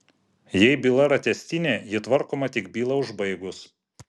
jei byla yra tęstinė ji tvarkoma tik bylą užbaigus